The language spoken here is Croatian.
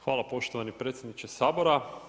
Hvala poštovani predsjedniče Sabora.